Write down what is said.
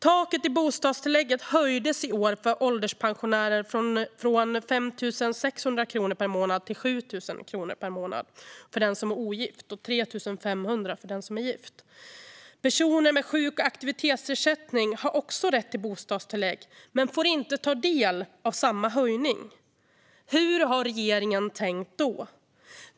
Taket i bostadstillägget för ålderspensionärer höjdes i år från 5 600 kronor per månad till 7 000 kronor per månad för den som är ogift och 3 500 kronor för den som är gift. Personer med sjuk och aktivitetsersättning har också rätt till bostadstillägg men får inte ta del av samma höjning. Hur har regeringen tänkt då?